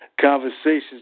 Conversations